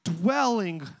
dwelling